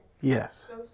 Yes